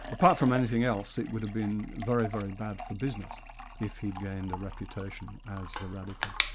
apart from anything else, it would have been very, very bad for business if you'd gained a reputation as a radical.